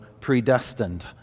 predestined